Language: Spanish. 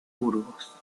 burgos